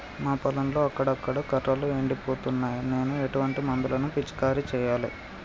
మా పొలంలో అక్కడక్కడ కర్రలు ఎండిపోతున్నాయి నేను ఎటువంటి మందులను పిచికారీ చెయ్యాలే?